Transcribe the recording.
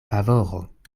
favoro